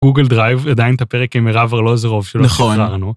גוגל דרייב עדיין את הפרק עם מירב ארלוזרוב שלא שחררנו... נכון